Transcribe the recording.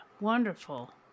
wonderful